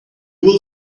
will